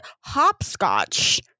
Hopscotch